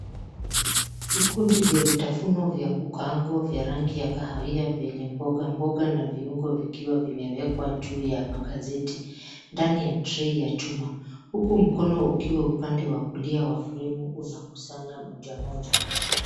Vikundi vya vitafuno vya kukanga vya rangi ya kahawia vyenye mboga mboga na viungo vikiwa vimewekwa juu ya magazeti ndani ya trei ya chuma. Huku mkono ukiwa upande wa kulia wa fremu unakusanya moja moja.